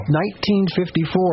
1954